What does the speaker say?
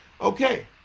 Okay